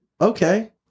Okay